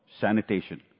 sanitation